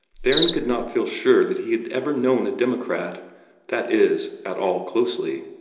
theron could not feel sure that he had ever known a democrat that is, at all closely.